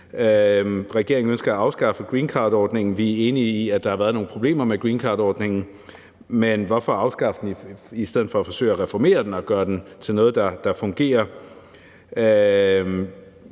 Regeringen ønsker at afskaffe greencardordningen. Vi er enige i, at der har været nogle problemer med greencardordningen, men hvorfor afskaffe den i stedet for at forsøge at reformere den og gøre den til noget, der fungerer?